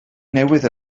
newydd